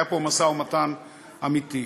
היה פה משא-ומתן אמיתי.